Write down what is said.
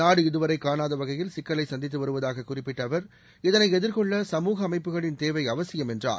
நாடு இதுவரை காணாத வகையில் சிக்கலை சந்தித்து வருவதாக குறிப்பிட்ட அவர் இதனை எதிர்கொள்ள சமூக அமைப்புகளின் தேவை அவசியம் என்றார்